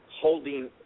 holding